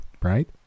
right